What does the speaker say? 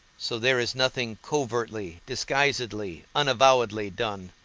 so there is nothing covertly, disguisedly, unavowedly done.